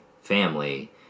family